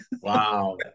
Wow